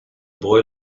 boy